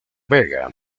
vega